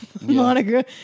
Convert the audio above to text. Monica